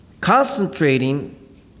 concentrating